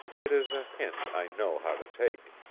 it is a hint i know how to take.